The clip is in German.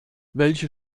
welche